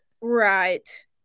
Right